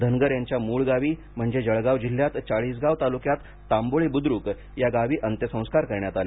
धनगर यांच्या मूळ गावी म्हणजे जळगाव जिल्ह्यात चाळीसगाव तालुक्यात तांबोळे बुद्रुक या गावी अंत्यसंस्कार करण्यात आले